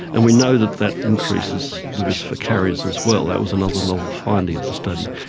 and we know that that increases the risk for carriers as well, that was another novel finding of the study.